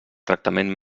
tractaments